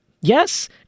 Yes